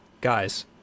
guys